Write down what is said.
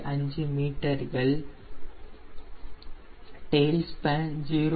5 மீட்டர்கள் tail span 0